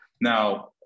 Now